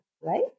right